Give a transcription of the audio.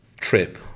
trip